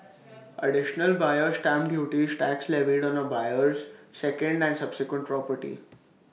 additional buyer's stamp duty is tax levied on A buyer's second and subsequent property